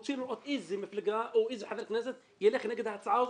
רוצים לראות איזו מפלגה או איזה חבר כנסת ילך נגד ההצעה הזאת.